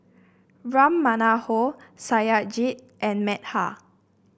Ram Manohar Satyajit and Medha